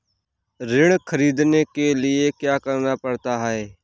ऋण ख़रीदने के लिए क्या करना पड़ता है?